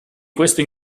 questo